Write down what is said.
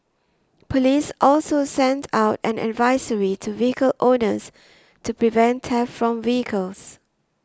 police also sent out an advisory to vehicle owners to prevent theft from vehicles